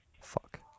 fuck